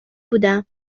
بودم